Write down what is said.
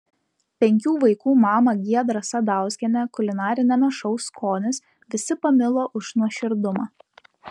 penkių vaikų mamą giedrą sadauskienę kulinariniame šou skonis visi pamilo už nuoširdumą